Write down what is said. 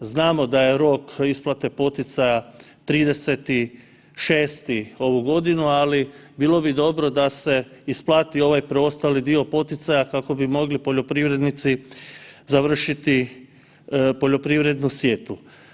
Znamo da je rok isplate poticaja 30.6. ovu godinu, ali bilo bi dobro da se isplati ovaj preostali dio poticaja kako bi mogli poljoprivrednici završiti poljoprivrednu sjetvu.